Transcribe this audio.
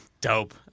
dope